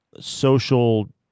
social